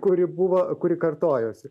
kuri buvo kuri kartojosi